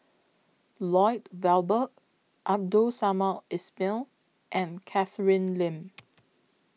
Lloyd Valberg Abdul Samad Ismail and Catherine Lim